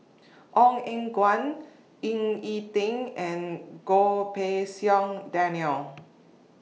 Ong Eng Guan Ying E Ding and Goh Pei Siong Daniel